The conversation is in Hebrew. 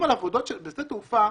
בשדה תעופה,